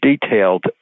detailed